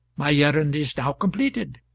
my errand is now completed,